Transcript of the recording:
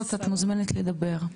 את מוזמנת לדבר.